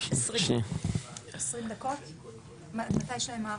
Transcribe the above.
החלטות ואפילו מינויים,